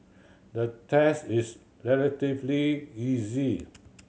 the test is relatively easy